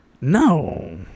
No